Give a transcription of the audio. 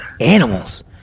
animals